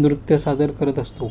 नृत्य सादर करत असतो